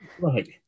right